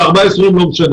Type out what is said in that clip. שם